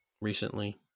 recently